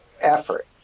effort